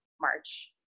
March